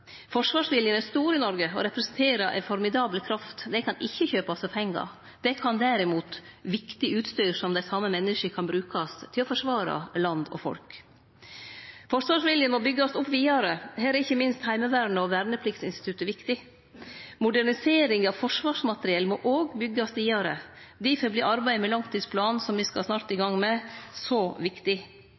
er stor i Noreg og representerer ei formidabel kraft. Det kan ikkje kjøpast for pengar. Det kan derimot viktig utstyr som dei same menneska kan bruke til å forsvare land og folk. Forsvarsvilje må byggjast opp vidare. Her er ikkje minst Heimevernet og vernepliktsinstituttet viktig. Modernisering av forsvarsmateriell må òg byggjast vidare. Difor vert arbeidet med langtidsplanen som me snart skal i gang med, så viktig.